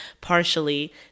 partially